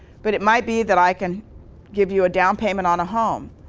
but it might be that i can give you a down payment on a home.